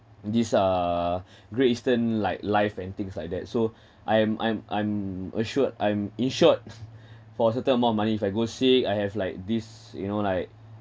these uh Great Eastern like life and things like that so I'm I'm I'm assured I'm insured for certain amount of money if I go sick I have like this you know like